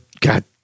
God